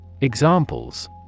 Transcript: Examples